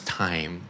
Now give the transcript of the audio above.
time